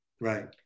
Right